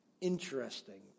Interesting